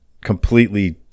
completely